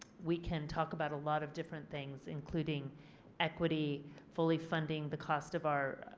we can talk about a lot of different things including equity fully funding the cost of our